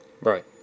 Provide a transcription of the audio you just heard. Right